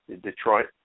Detroit